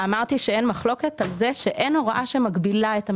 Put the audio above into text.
אמרתי שאין מחלוקת על זה שאין הוראה שמגבילה את הממשלה.